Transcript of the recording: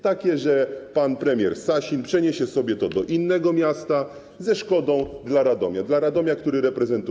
Takie, że pan premier Sasin przeniesie sobie to do innego miasta ze szkodą dla Radomia, dla Radomia, który reprezentuję.